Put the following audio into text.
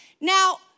Now